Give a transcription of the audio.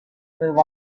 move